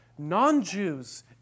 non-Jews